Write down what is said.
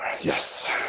Yes